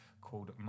called